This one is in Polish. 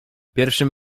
pierwszym